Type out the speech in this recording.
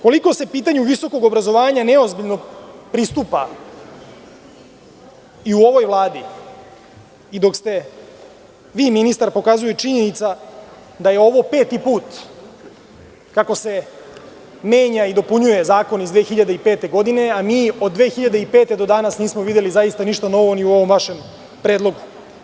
Koliko se pitanju visokog obrazovanja neozbiljno pristupa i u ovoj Vladi i dok ste vi ministar, pokazuje i činjenica da je ovo peti put kako se menja i dopunjuje zakon iz 2005. godine, a mi od 2005. godine do danas nismo videli zaista ništa novo ni u ovom vašem predlogu.